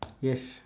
yes